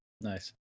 Nice